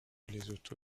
lesotho